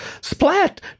Splat